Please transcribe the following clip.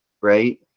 right